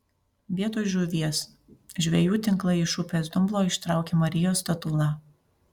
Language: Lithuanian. vietoj žuvies žvejų tinklai iš upės dumblo ištraukė marijos statulą